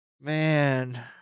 Man